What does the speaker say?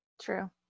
True